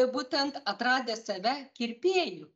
būtent atradęs save kirpėju